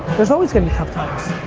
there's always gonna be tough times